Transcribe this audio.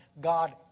God